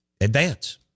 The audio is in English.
advance